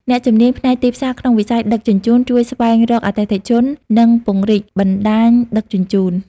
អ្នកជំនាញផ្នែកទីផ្សារក្នុងវិស័យដឹកជញ្ជូន ជួយស្វែងរកអតិថិជន និងពង្រីកបណ្តាញដឹកជញ្ជូន។